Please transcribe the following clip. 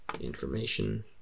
Information